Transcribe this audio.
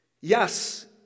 Yes